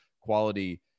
quality